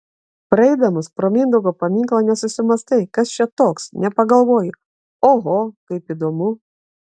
praeidamas pro mindaugo paminklą nesusimąstai kas čia toks nepagalvoji oho kaip įdomu